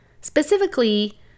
specifically